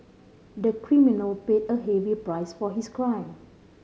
the criminal paid a heavy price for his crime